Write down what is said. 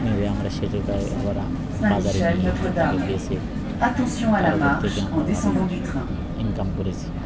মেরে আমরা সেটুক খায় আবার বাজারে নিয়ে গিয়ে তাকে বেচে তার ওপর থেকে আমরা ভালোই ইনকাম করেছি